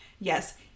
yes